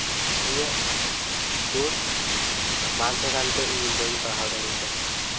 ᱤᱧᱟᱹᱜ ᱡᱳᱥ ᱵᱟᱝ ᱛᱟᱦᱮᱸ ᱠᱟᱱᱛᱮ ᱤᱧ ᱵᱟᱹᱧ ᱯᱟᱲᱦᱟᱣ ᱫᱟᱲᱮ ᱟᱠᱟᱫᱟ